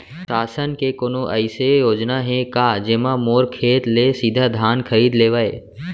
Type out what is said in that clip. शासन के कोनो अइसे योजना हे का, जेमा मोर खेत ले सीधा धान खरीद लेवय?